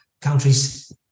countries